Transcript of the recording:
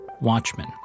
Watchmen